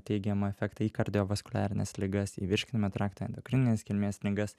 teigiamą efektą į kardiovaskuliarines ligas į virškinamąjį traktą endokrininės kilmės ligas